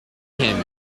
him